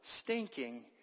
stinking